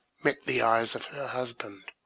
met the eyes of her husband,